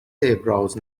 ابراز